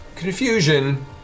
Confusion